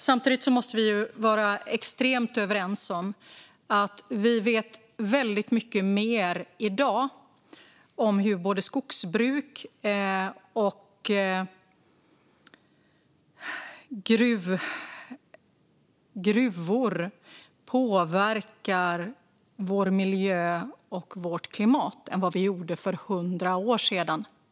Samtidigt måste vi vara extremt överens om att vi vet väldigt mycket mer i dag om hur både skogsbruk och gruvor påverkar vår miljö och vårt klimat än vad vi gjorde för hundra år sedan.